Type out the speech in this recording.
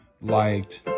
liked